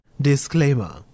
Disclaimer